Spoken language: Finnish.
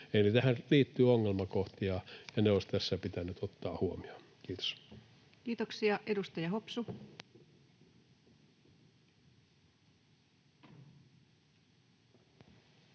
Eli tähän liittyy ongelmakohtia, ja ne olisi tässä pitänyt ottaa huomioon. — Kiitos. Kiitoksia. — Edustaja Hopsu.